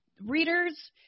readers